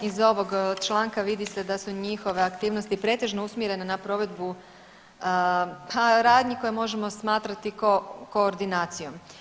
Iz ovog članka vidi se da su njihove aktivnosti pretežno usmjerene na provedbu pa radnji koje možemo smatrati koordinacijom.